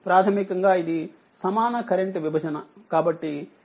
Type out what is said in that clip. ప్రాథమికంగాఇదిసమాన current విభజన కాబట్టిఇది1